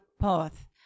path